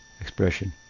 expression